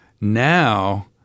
Now